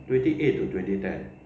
twenty eight to twenty ten